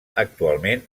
actualment